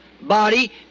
body